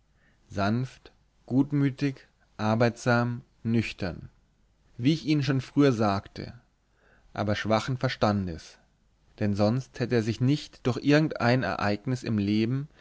sanft gutmütig arbeitsam nüchtern wie ich ihnen schon früher sagte aber schwachen verstandes denn sonst hätte er sich nicht durch irgend ein ereignis im leben